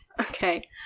Okay